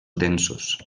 densos